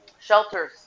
shelters